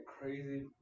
crazy